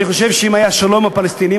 אני חושב שאם היה שלום עם הפלסטינים,